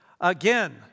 Again